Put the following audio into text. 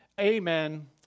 Amen